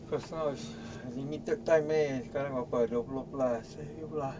cause now is limited time eh sekarang dua puluh plus